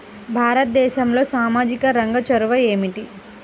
భారతదేశంలో సామాజిక రంగ చొరవ ఏమిటి?